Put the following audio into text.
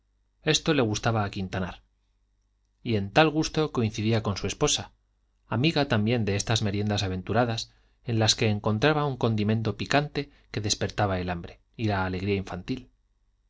esto le gustaba a quintanar y en tal gusto coincidía con su esposa amiga también de estas meriendas aventuradas en las que encontraba un condimento picante que despertaba el hambre y la alegría infantil